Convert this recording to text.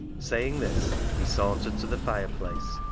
saying this he sauntered to the fireplace,